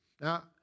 Now